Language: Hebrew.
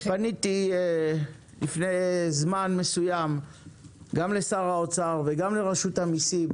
פניתי לפני זמן מסוים גם לשר האוצר וגם לרשות המיסים,